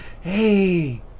hey